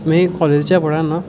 में कालज बिच्च पढ़ै करना